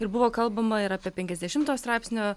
ir buvo kalbama ir apie penkiasdešimojo straipsnio